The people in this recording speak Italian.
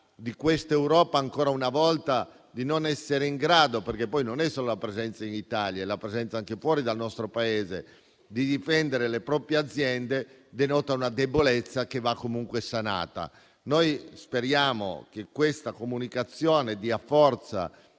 di questa Europa, ancora una volta, di non essere in grado - perché non si tratta solo della presenza in Italia, ma anche della presenza fuori dal nostro Paese - di difendere le proprie aziende, denota una debolezza che va comunque sanata. Noi speriamo che questa comunicazione dia forza